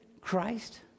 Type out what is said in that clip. Christ